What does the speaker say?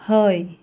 हय